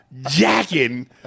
jacking